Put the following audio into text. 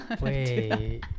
Wait